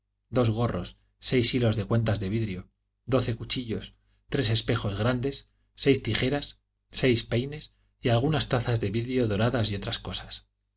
dos gorros seis hilos de cuentas de vidrio doce cuchillos tres espejos grandes seis tijeras seis peines algunas tazas de vidrio doradas y otras cosas